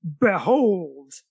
Behold